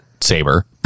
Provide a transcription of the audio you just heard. Saber